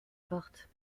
portes